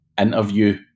interview